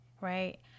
right